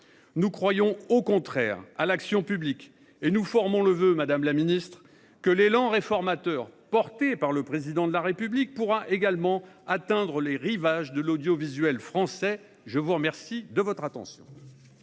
Nous croyons, au contraire, à l'action publique et nous formons le voeu, madame la ministre, que l'élan réformateur porté par le Président de la République pourra également atteindre les rivages de l'audiovisuel français. La parole est à Mme